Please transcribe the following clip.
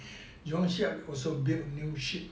jurong shipyard also build new ship